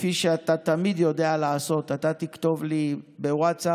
כפי שאתה תמיד יודע לעשות, אתה תכתוב לי בווטסאפ